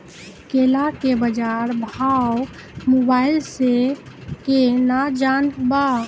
केला के बाजार भाव मोबाइल से के ना जान ब?